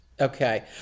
Okay